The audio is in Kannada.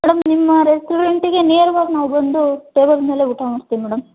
ಮೇಡಮ್ ನಿಮ್ಮ ರೆಸ್ಟೋರೆಂಟಿಗೆ ನೇರ್ವಾಗಿ ನಾವು ಬಂದು ಟೇಬಲ್ ಮೇಲೆ ಊಟ ಮಾಡ್ತೀವಿ ಮೇಡಮ್